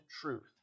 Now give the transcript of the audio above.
truth